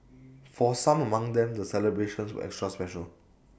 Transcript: for some among them the celebrations were extra special